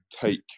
take